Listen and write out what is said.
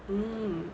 mmhmm